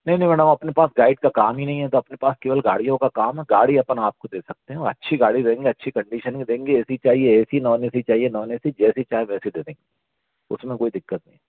नहीं नहीं मैडम अपने पास गाइड का काम ही नहीं है अपने पास केवल गाड़ियों का काम है गाड़ी अपन आपको दे सकते है अच्छी गाड़ी देंगे अच्छी कन्डिशन मे देंगे ए सी चाहिए A C non A C चाहिए नॉन ए सी जैसी चाहे वैसी दे देंगे उसमें कोई दिक्कत नहीं